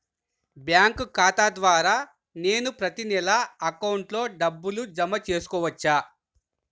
Bank ఖాతా ద్వారా నేను ప్రతి నెల అకౌంట్లో డబ్బులు జమ చేసుకోవచ్చా?